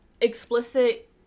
explicit